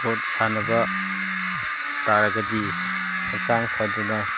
sport ꯁꯥꯟꯅꯕ ꯇꯥꯔꯒꯗꯤ ꯍꯛꯆꯥꯡ ꯐꯗꯨꯅ